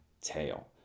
tail